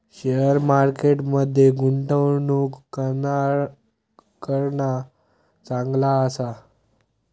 share market मध्ये गुंतवणूक करणा चांगला आसा